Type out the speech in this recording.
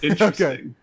Okay